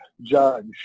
judge